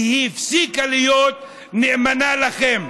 כי היא הפסיקה להיות נאמנה לכם,